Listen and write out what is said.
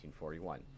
1941